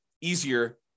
easier